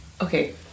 Okay